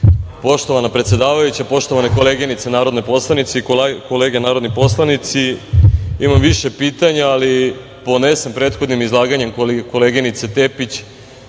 leči. Poštovana predsedavajuća, poštovane koleginice i kolege narodni poslanici, imam više pitanja, ali ponesen prethodnim izlaganjem koleginice Tepić,